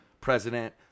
president